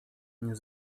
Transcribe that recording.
nie